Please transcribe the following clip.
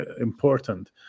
important